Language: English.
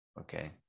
okay